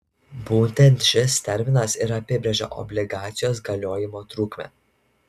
būtent šis terminas ir apibrėžia obligacijos galiojimo trukmę